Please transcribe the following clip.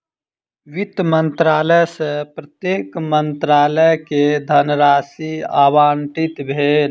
वित्त मंत्रालय सॅ प्रत्येक मंत्रालय के धनराशि आवंटित भेल